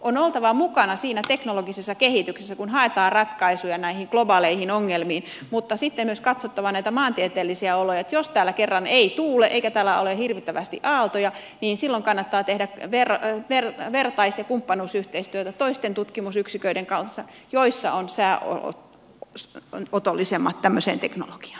on oltava mukana siinä teknologisessa kehityksessä kun haetaan ratkaisuja näihin globaaleihin ongelmiin mutta sitten myös katsottava näitä maantieteellisiä oloja niin että jos täällä kerran ei tuule eikä täällä ole hirvittävästi aaltoja niin silloin kannattaa tehdä vertais ja kumppanuusyhteistyötä toisten tutkimusyksiköiden kanssa joissa sääolot ovat otollisemmat tämmöiseen teknologiaan